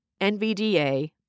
NVDA